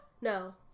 No